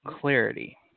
clarity